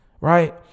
right